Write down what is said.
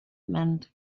meant